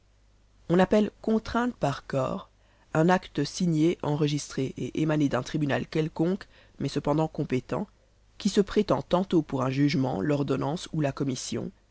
on appelle contrainte par corps un acte signé enregistré et émané d'un tribunal quelconque mais cependant compétent qui se prend tantôt pour un jugement l'ordonnance ou la commission